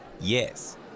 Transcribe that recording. Yes